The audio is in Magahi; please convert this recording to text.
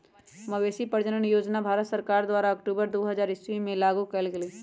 मवेशी प्रजजन योजना भारत सरकार द्वारा अक्टूबर दू हज़ार ईश्वी में लागू कएल गेल